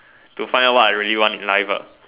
to find out what I really want in life ah